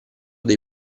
dei